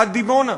עד דימונה,